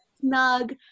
snug